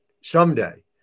Someday